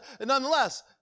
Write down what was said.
nonetheless